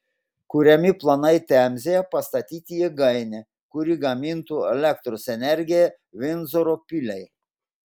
kuriami planai temzėje pastatyti jėgainę kuri gamintų elektros energiją vindzoro piliai